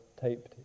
taped